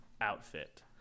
outfit